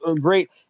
great